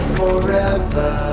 forever